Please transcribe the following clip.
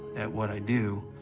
at what i do,